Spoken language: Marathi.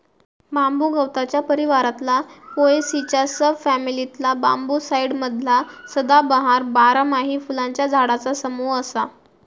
बांबू गवताच्या परिवारातला पोएसीच्या सब फॅमिलीतला बांबूसाईडी मधला सदाबहार, बारमाही फुलांच्या झाडांचा समूह असा